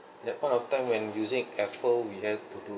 that point of time when using apple we had to do